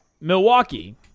Milwaukee